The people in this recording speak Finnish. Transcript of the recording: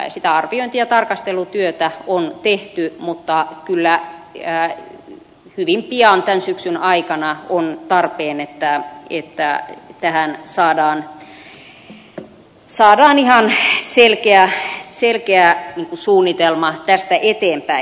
sitä arviointi ja tarkastelutyötä on tehty mutta kyllä hyvin pian tämän syksyn aikana on tarpeen että tähän saadaan ihan selkeä suunnitelma tästä eteenpäin